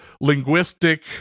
linguistic